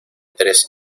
tres